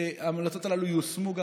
וההמלצות האלה גם יושמו.